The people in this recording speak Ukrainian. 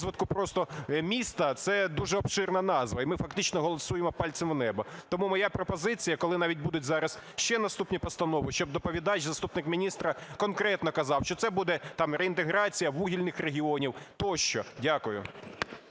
просто міста – це дуже обширна назва, і ми фактично просто голосуємо пальцем в небо. Тому моя пропозиція, коли навіть будуть зараз ще наступні постанови, щоб доповідач, заступник міністра, конкретно казав, чи це буде там реінтеграція вугільних регіонів тощо. Дякую.